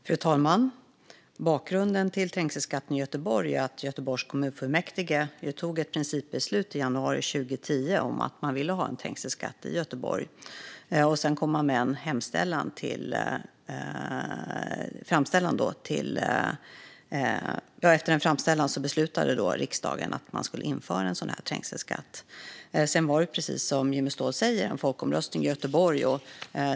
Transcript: Fru talman! Bakgrunden till trängselskatten i Göteborg är att Göteborgs kommunfullmäktige tog ett principbeslut i januari 2010 om att man ville ha en trängselskatt i Göteborg. Efter en framställan beslutade sedan riksdagen att man skulle införa en sådan här trängselskatt. Sedan var det, precis som Jimmy Ståhl säger, en folkomröstning i Göteborg.